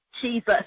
Jesus